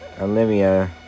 Olivia